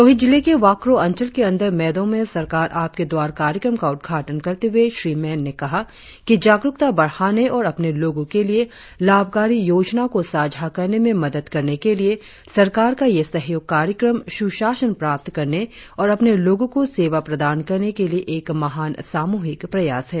लोहित जिले के वाकरो अंचल के अंदर मेदो में सरकार आपके द्वारा कार्यक्रम का उदघाटन करते हुए श्री मेन ने कहा कि जागरुकता बढ़ाने और अपने लोगों के लिए लाभकारी योजना को साझा करने में मदद करने के लिए सरकार का यह सहयोग कार्यक्रम सुशासन प्राप्त करने और अपने लोगों को सेवा प्रदान करने के लिए एक महान सामूहिक प्रयास है